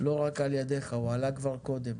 לא רק על ידך, הוא עלה כבר קודם.